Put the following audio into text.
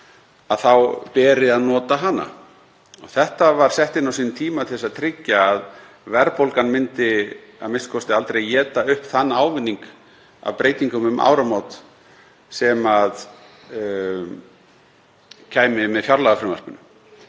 um þá beri að nota hana. Þetta var sett inn á sínum tíma til að tryggja að verðbólgan myndi a.m.k. aldrei éta upp þann ávinning af breytingum um áramót sem kæmi með fjárlagafrumvarpinu.